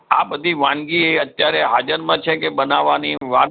આ બધી વાનગી એ અત્યારે હાજરમાં છે કે બનાવવાની વાર લાગે